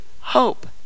hope